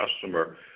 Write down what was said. customer